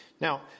Now